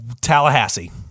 Tallahassee